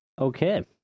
Okay